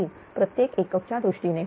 003 प्रत्येक एकक च्या दृष्टीने